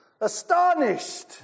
astonished